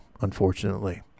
unfortunately